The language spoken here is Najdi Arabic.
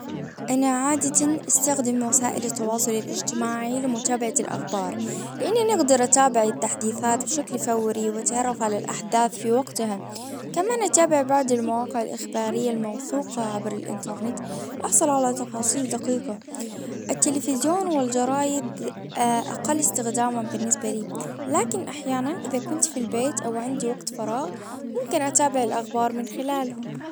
انا عادة استخدم وسائل التواصل الاجتماعي لمتابعة الاخبار. لاني اقدر اتابع التحديثات بشكل فوري واتعرف على الاحداث في وقتها. كمان اتابع بعض المواقع الاخبارية الموثوقة عبر الانترنت. احصل على تفاصيل دقيقة. التلفزيون والجرايد اقل استخدامًا بالنسبة لي. لكن احيانا اذا كنت في البيت او عندي وقت فراغ ممكن اتابع الاخبار من خلالهم.